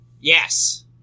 yes